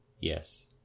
Yes